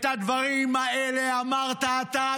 את הדברים האלה אמרת אתה,